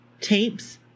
tapes